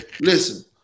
listen